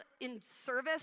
in-service